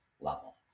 level